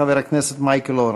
חבר הכנסת מייקל אורן.